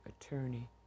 attorney